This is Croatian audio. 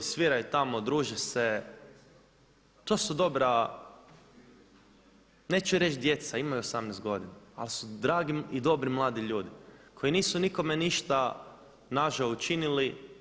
Sviraju tamo, druže se, to su dobra neću reći djeca imaju 18 godina, ali su dragi i dobri mladi ljudi koji nisu nikome ništa nažao učinili.